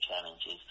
challenges